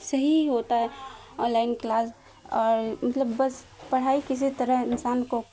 صحیح ہوتا ہے آن لائن کلاس اور مطلب بس پڑھائی کسی طرح انسان کو